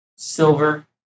Silver